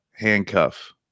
handcuff